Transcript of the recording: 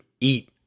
eat